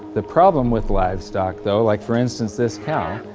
the problem with livestock though like for instance this cow,